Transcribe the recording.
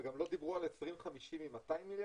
וגם לא דיברו על 2050 על 200 מיליארד?